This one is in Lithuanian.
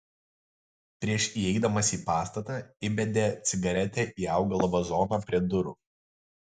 prieš įeidamas į pastatą įbedė cigaretę į augalo vazoną prie durų